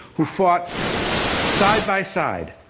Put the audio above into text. who fought side by side,